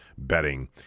Betting